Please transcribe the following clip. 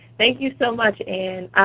thank you so much. anne.